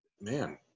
man